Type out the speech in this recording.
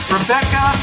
Rebecca